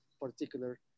particular